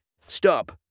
Stop